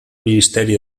ministeri